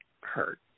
hurt